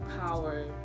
power